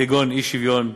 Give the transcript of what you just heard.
כגון אי-שוויון,